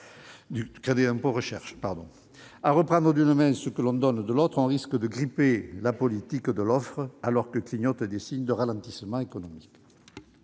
du crédit d'impôt recherche. À reprendre d'une main ce que l'on donne de l'autre, on risque de gripper la politique de l'offre alors que clignotent des signaux de ralentissement économique.